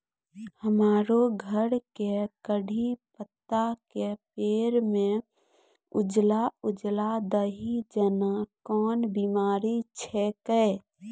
हमरो घर के कढ़ी पत्ता के पेड़ म उजला उजला दही जेना कोन बिमारी छेकै?